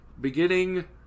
Beginning